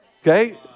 Okay